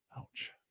Ouch